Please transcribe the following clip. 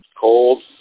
Cold